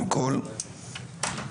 א'